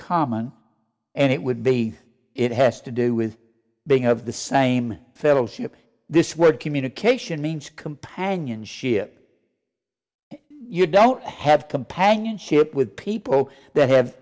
common and it would be it has to do with being of the same fellowship this word communication means companionship if you don't have companionship with people that have